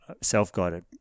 self-guided